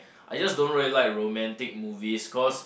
I just don't really like romantic movies cause